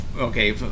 okay